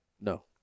No